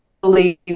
believe